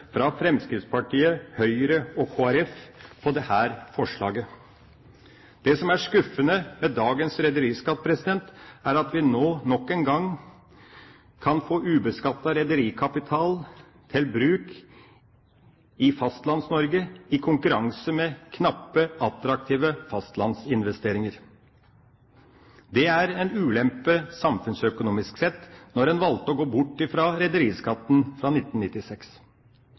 fra Fremskrittspartiet, Høyre og Kristelig Folkeparti over dette forslaget. Det som er skuffende med dagens rederiskatt, er at vi nå nok en gang kan få ubeskattet rederikapital til bruk i Fastlands-Norge, i konkurranse med knappe, attraktive fastlandsinvesteringer. Det er en ulempe samfunnsøkonomisk sett, når en valgte å gå bort fra rederiskatten fra 1996.